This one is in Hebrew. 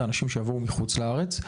האנשים שיבואו מחוץ לארץ,